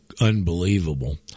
unbelievable